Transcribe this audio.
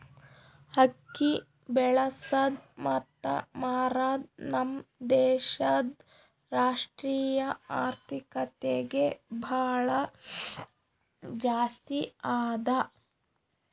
ಅಕ್ಕಿ ಬೆಳಸದ್ ಮತ್ತ ಮಾರದ್ ನಮ್ ದೇಶದ್ ರಾಷ್ಟ್ರೀಯ ಆರ್ಥಿಕತೆಗೆ ಭಾಳ ಜಾಸ್ತಿ ಅದಾ